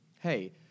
hey